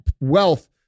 wealth